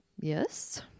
yes